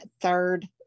third